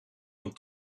van